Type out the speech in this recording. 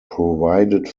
provided